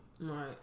Right